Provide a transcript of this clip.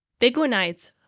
Biguanides